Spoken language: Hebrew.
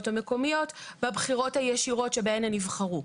המקומיות בבחירות הישירות שבהן הם נבחרו.